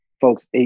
folks